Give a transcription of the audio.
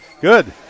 Good